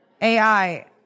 AI